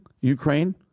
Ukraine